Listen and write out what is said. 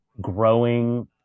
growing